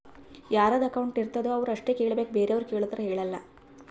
ಯಾರದು ಅಕೌಂಟ್ ಇರ್ತುದ್ ಅವ್ರು ಅಷ್ಟೇ ಕೇಳ್ಬೇಕ್ ಬೇರೆವ್ರು ಕೇಳ್ದೂರ್ ಹೇಳಲ್ಲ